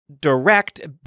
direct